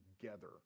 together